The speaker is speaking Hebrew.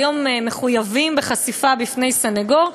שמחויבים היום בחשיפה בפני סנגור,